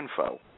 info